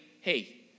hey